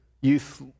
youth